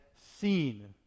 seen